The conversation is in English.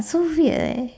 so weird leh